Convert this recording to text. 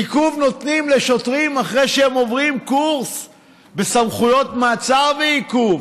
עיכוב נותנים לשוטרים אחרי שהם עוברים קורס בסמכויות מעצר ועיכוב.